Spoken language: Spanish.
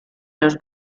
los